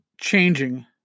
changing